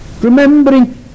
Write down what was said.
remembering